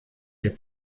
der